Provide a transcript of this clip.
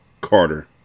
Carter